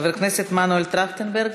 חבר הכנסת מנואל טרכטנברג,